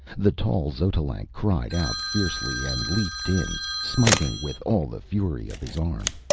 the tall xotalanc cried out fiercely and leaped in, smiting with all the fury of his arm.